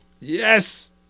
yes